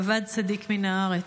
אבד צדיק מן הארץ.